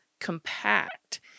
compact